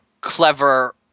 clever